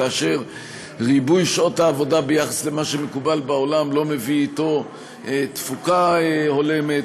כאשר ריבוי שעות העבודה ביחס למה שמקובל בעולם לא מביא אתו תפוקה הולמת.